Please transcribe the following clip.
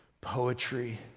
poetry